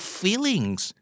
feelings